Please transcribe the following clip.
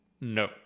no